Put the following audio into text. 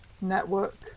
network